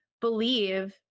believe